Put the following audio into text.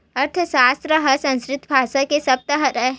अर्थसास्त्र ह संस्कृत भासा के सब्द हरय